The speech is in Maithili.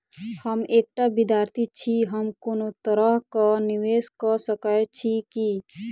हम एकटा विधार्थी छी, हम कोनो तरह कऽ निवेश कऽ सकय छी की?